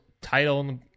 title